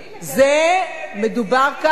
מדובר כאן,